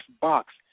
box